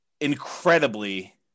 incredibly